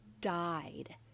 died